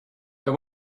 they